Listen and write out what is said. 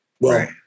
Right